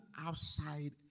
outside